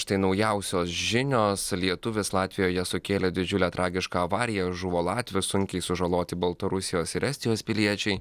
štai naujausios žinios lietuvis latvijoje sukėlė didžiulę tragišką avariją žuvo latvis sunkiai sužaloti baltarusijos ir estijos piliečiai